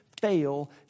fail